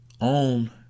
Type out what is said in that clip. own